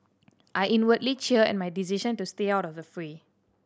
I inwardly cheer at my decision to stay out of the fray